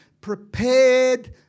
prepared